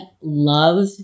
love